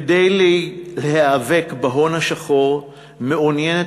כדי להיאבק בהון השחור הממשלה מעוניינת